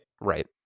Right